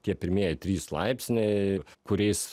tie pirmieji trys laipsniai kuriais